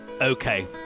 Okay